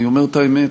אני אומר את האמת.